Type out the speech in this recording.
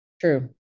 true